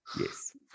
Yes